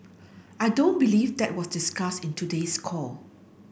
I don't believe that was discussed in today's call